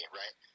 right